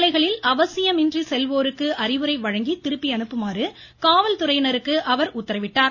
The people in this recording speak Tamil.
சாலைகளில் அவசியமின்றி செல்வோருக்கு அறிவுரை வழங்கி திருப்பி அனுப்புமாறு காவல்துறையினருக்கு அவர் உத்தரவிட்டார்